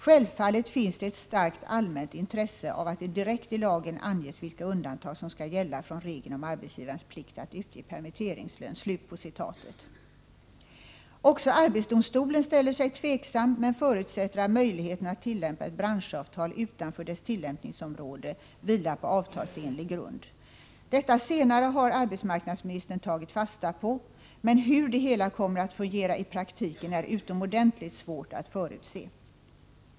Självfallet finns det ett starkt allmänt intresse av att det direkt ilagenanges — Nr 51 vilka undantag som skall gälla från regeln om arbetsgivarens plikt att utge permitteringslön.” 13 december 1984 Också arbetsdomstolen ställer sig tveksam men förutsätter att möjligheten att tillämpa ett branschavtal utanför dess tillämpningsområde vilar på Anställningsskydd Detta senare har arbetsmarknadsministern tagit fasta på. Men hur det hela kommer att fungera i praktiken är utomordentligt svårt att förutse.